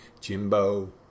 Jimbo